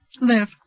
Live